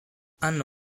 hanno